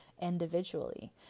individually